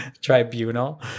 tribunal